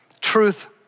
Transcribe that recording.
truth